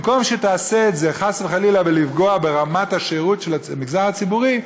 במקום שתעשה את זה חס וחלילה בפגיעה ברמת השירות של המגזר הציבורי,